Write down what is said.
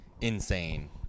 insane